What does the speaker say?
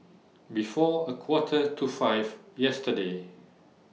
before A Quarter to five yesterday